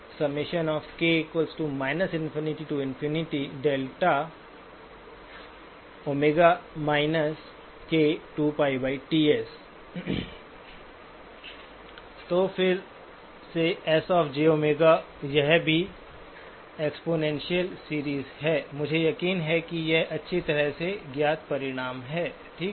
तो फिर से S jΩ यह भी एक्सपोनेंसिअल सीरीज़ है मुझे यकीन है कि ये अच्छी तरह से ज्ञात परिणाम हैं ठीक है